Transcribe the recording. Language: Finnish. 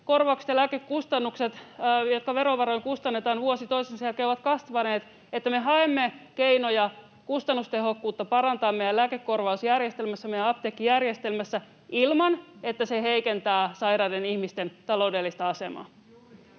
lääkekorvaukset ja lääkekustannukset, jotka verovaroin kustannetaan vuosi toisensa jälkeen, ovat kasvaneet — että me haemme keinoja parantaa kustannustehokkuutta meidän lääkekorvausjärjestelmässämme ja apteekkijärjestelmässämme ilman että se heikentää sairaiden ihmisten taloudellista asemaa.